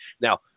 Now